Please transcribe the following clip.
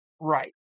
Right